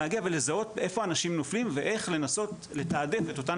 להגיע ולזהות איפה אנשים נופלים ואיך לנסות לתעדף את אותם